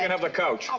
can have the couch. ah